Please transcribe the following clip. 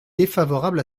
défavorable